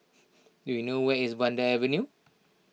do you know where is Vanda Avenue